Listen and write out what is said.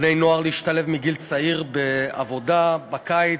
בני-נוער להשתלב מגיל צעיר בעבודה בקיץ.